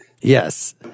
Yes